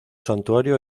santuario